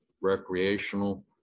recreational